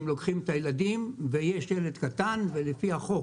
לוקחים את הילד ויש ילד קטן ולפי החוק